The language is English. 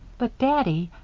but, daddy.